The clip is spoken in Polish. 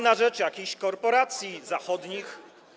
na rzecz jakichś korporacji zachodnich.